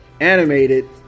animated